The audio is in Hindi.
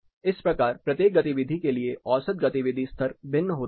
इस प्रकार प्रत्येक गतिविधि के लिए औसत गतिविधि स्तर भिन्न होता है